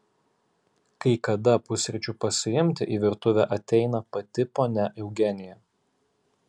kai kada pusryčių pasiimti į virtuvę ateina pati ponia eugenija